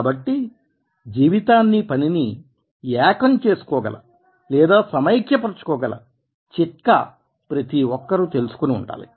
కాబట్టి జీవితాన్నీ పనినీ ఏకం చేసుకోగల లేదా సమైక్య పరుచుకోగల చిట్కా ప్రతి ఒక్కరూ తెలుసుకుని ఉండాలి